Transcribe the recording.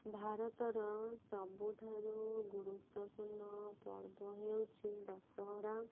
ଭାରତର ସବୁଠାରୁ ଗୁରୁତ୍ୱପୂର୍ଣ୍ଣ ପର୍ବ ହେଉଛି ଦଶହରା